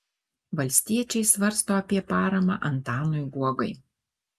valstiečiai svarsto apie paramą antanui guogai